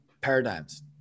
paradigms